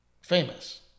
famous